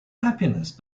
happiness